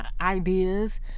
ideas